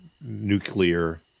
nuclear